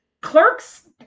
Clerks